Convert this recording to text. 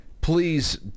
Please